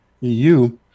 EU